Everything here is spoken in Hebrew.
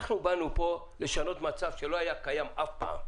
אנחנו באנו פה לשנות מצב שלא היה קיים אף פעם.